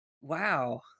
wow